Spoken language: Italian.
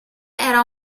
era